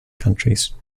countries